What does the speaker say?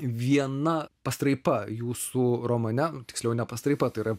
viena pastraipa jūsų romane tiksliau ne pastraipa tai yra